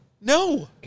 No